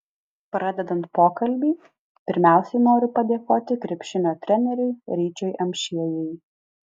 pradedant pokalbį pirmiausiai noriu padėkoti krepšinio treneriui ryčiui amšiejui